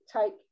take